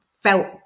felt